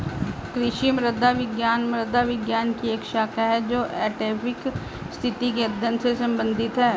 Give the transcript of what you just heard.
कृषि मृदा विज्ञान मृदा विज्ञान की एक शाखा है जो एडैफिक स्थिति के अध्ययन से संबंधित है